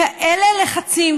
כאלה לחצים,